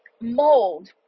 mold